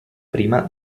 prima